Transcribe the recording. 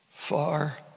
Far